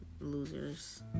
losers